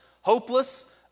hopeless